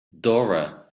dora